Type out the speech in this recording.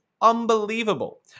unbelievable